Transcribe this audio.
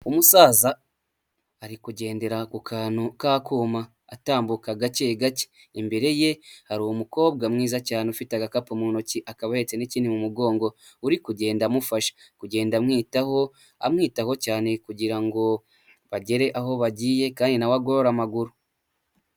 Umusaza ari kugendera ku kantu k'akuma. Atambuka gake gake. Imbere ye hari umukobwa mwiza cyane ufite agakapu mu ntoki akaba ahetse n'ikindi mu mugongo. Uri kugenda amufasha. Kugenda amwitaho, amwitaho cyane. Kugira ngo bagere aho bagiye kandi na we agorore amaguru.